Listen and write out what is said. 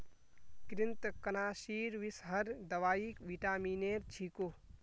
कृन्तकनाशीर विषहर दवाई विटामिनेर छिको